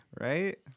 Right